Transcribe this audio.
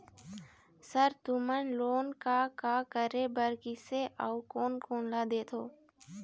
Sir तुमन loan का का करें बर, किसे अउ कोन कोन ला देथों?